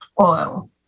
oil